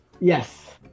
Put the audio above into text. Yes